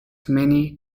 many